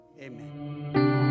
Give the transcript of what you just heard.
Amen